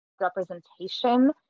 representation